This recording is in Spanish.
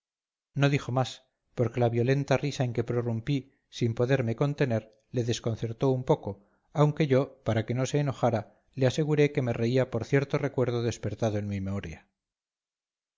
no dijo más porque la violenta risa en que prorrumpí sin poderme contener le desconcertó un poco aunque yo para que no se enojara le aseguré que me reía por cierto recuerdo despertado en mi memoria